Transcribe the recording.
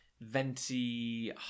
venti